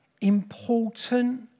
important